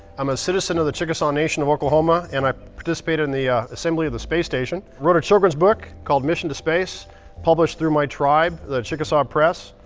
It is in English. i'm a citizen of the chickasaw nation of oklahoma. and i participated in the assembly of the space station. i wrote a children's book called mission to space published through my tribe, the chickasaw press.